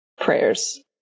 prayers